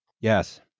Yes